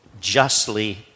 justly